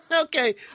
Okay